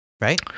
Right